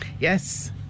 yes